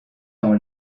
dans